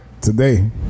today